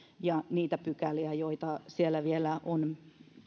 ja niitä pykäliä joita siellä vielä on